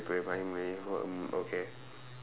replying me hmm okay